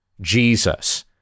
Jesus